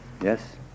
Yes